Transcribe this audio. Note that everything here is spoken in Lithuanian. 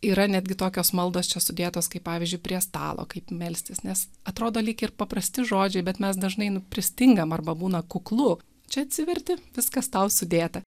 yra netgi tokios maldos čia sudėtos kaip pavyzdžiui prie stalo kaip melstis nes atrodo lyg ir paprasti žodžiai bet mes dažnai nu pristingam arba būna kuklu čia atsiverti viskas tau sudėta